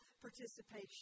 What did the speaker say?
participation